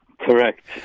Correct